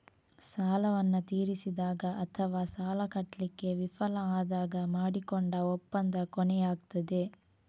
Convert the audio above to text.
ಸಾಲವನ್ನ ತೀರಿಸಿದಾಗ ಅಥವಾ ಸಾಲ ಕಟ್ಲಿಕ್ಕೆ ವಿಫಲ ಆದಾಗ ಮಾಡಿಕೊಂಡ ಒಪ್ಪಂದ ಕೊನೆಯಾಗ್ತದೆ